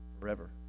forever